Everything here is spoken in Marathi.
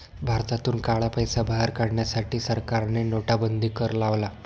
भारतातून काळा पैसा बाहेर काढण्यासाठी सरकारने नोटाबंदी कर लावला